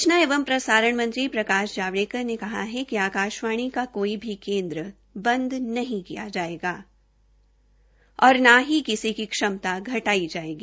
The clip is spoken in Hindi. सूचना एवं प्रसारण मंत्री प्रकाश जवाड़ेकर ने कहा कि आकाशवाणी का कोई भी केन्द्र बंद नहीं किया जायेगा और न ही किसी की क्षमता घटाई जायेगी